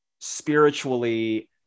spiritually